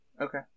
Okay